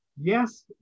yes